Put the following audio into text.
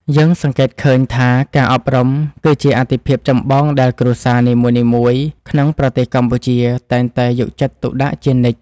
យើងសង្កេតឃើញថាការអប់រំគឺជាអាទិភាពចម្បងដែលគ្រួសារនីមួយៗក្នុងប្រទេសកម្ពុជាតែងតែយកចិត្តទុកដាក់ជានិច្ច។